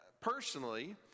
personally